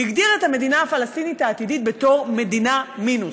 הגדיר את המדינה הפלסטינית העתידית "מדינה מינוס".